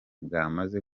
bwamaze